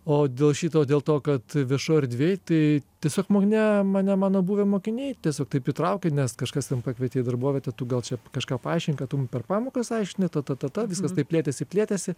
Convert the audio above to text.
o dėl šito dėl to kad viešoj erdvėj tai tiesiog mane mane mano buvę mokiniai tiesiog taip įtraukė nes kažkas ten pakvietė į darbovietę tu gal čia kažką paaiškink ką tu mum per pamokas aiškini ta ta ta ta viskas taip plėtėsi plėtėsi